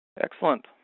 Excellent